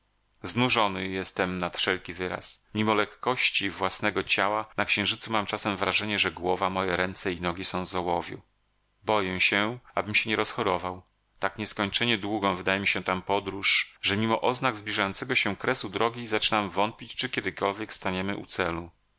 znużony jestem nad wszelki wyraz mimo lekkości własnego ciała na księżycu mam czasem wrażenie że głowa moja ręce i nogi są z ołowiu boję się abym się nie rozchorował tak nieskończenie długą wydaje mi się ta podróż że mimo oznak zbliżającego się kresu drogi zaczynam wątpić czy kiedykolwiek staniemy u celu